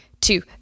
two